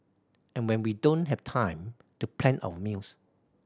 and when we don't have time to plan our meals